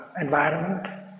environment